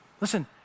Listen